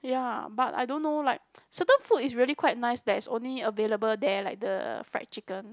ya but I don't know like certain food is really quite nice that's only available there like the fried chicken